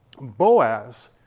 Boaz